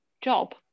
job